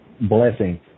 blessing